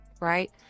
right